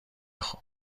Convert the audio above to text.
خوب